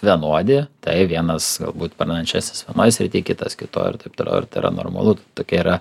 vienodi tai vienas galbūt pranašesnis vienoj srity kitas kitoj ir taip toliau ir tai yra normalu tokie yra